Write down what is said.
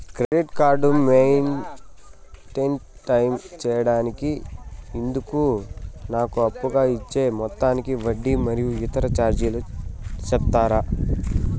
Credit card maintain time సేయడానికి ఇందుకు నాకు అప్పుగా ఇచ్చే మొత్తానికి వడ్డీ మరియు ఇతర చార్జీలు సెప్తారా?